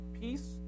Peace